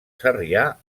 sarrià